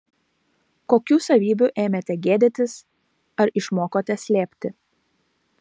kokių savybių ėmėte gėdytis ar išmokote slėpti